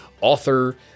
author